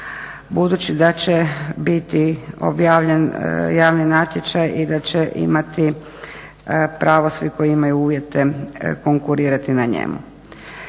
budući da će biti objavljen javni natječaj i da će imati pravo svi koji imaju uvijete konkurirati na njemu.